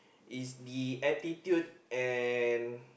is the attitude and